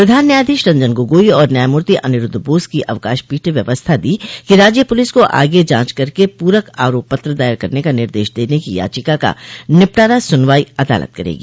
प्रधान न्यायाधीश रंजन गोगोई और न्यायमूर्ति अनिरूद्ध बोस की अवकाश पीठ ने व्यवस्था दी कि राज्य पूलिस को आगे जांच करके पूरक आरोप पत्र दायर करने का निर्देश देने की याचिका का निपटारा सुनवाई अदालत करेगी